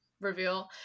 reveal